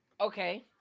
Okay